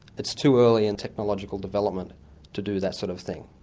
it's too early in technological development to do that sort of thing.